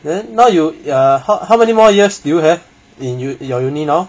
then now you err how how many more year do you have in your uni now